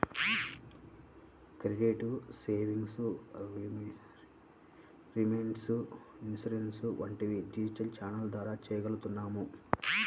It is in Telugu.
క్రెడిట్, సేవింగ్స్, రెమిటెన్స్, ఇన్సూరెన్స్ వంటివి డిజిటల్ ఛానెల్ల ద్వారా చెయ్యగలుగుతున్నాం